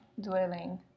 dwelling